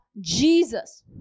Jesus